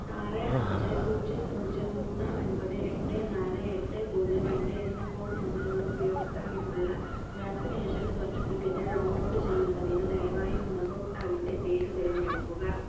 ആറ് അഞ്ച് പൂജ്യം പൂജ്യം മൂന്ന് ഒൻപത് എട്ട് നാല് എട്ട് പൂജ്യം രണ്ട് എന്ന ഫോൺ നമ്പറുള്ള ഉപയോക്താവിനുള്ള വാക്സിനേഷൻ സർട്ടിഫിക്കറ്റ് ഡൗൺലോഡ് ചെയ്യുന്നതിന് ദയവായി ഗുണഭോക്താവിന്റെ പേര് തിരഞ്ഞെടുക്കുക